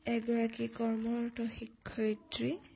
এগৰাকী কৰ্মৰত শিক্ষয়িত্ৰী